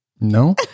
No